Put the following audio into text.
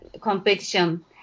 competition